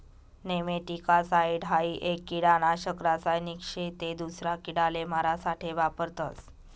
nematicide हाई एक किडानाशक रासायनिक शे ते दूसरा किडाले मारा साठे वापरतस